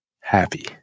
happy